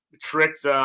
tricked